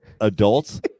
adults